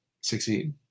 succeed